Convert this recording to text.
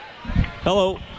Hello